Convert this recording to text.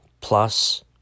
plus